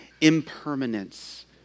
impermanence